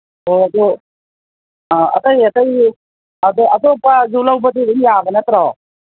ꯍꯣ ꯑꯗꯨ ꯑꯇꯩ ꯑꯇꯩ ꯑꯗꯣ ꯑꯇꯣꯞꯄꯁꯨ ꯂꯧꯕꯗꯨ ꯑꯗꯨꯝ ꯌꯥꯕ ꯅꯠꯇ꯭ꯔꯣ